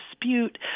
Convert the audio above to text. dispute